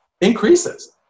increases